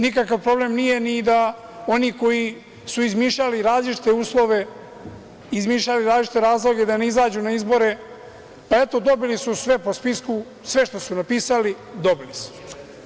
Nikakav problem nije ni da oni koji su izmišljali različite uslove, izmišljali različite razloge da ne izađu na izbore, pa eto, dobili su sve po spisku, sve što su napisali, dobili su.